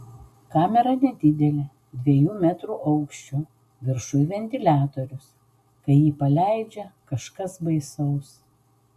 kamera nedidelė dviejų metrų aukščio viršuj ventiliatorius kai jį paleidžia kažkas baisaus